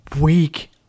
week